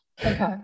Okay